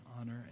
honor